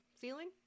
ceiling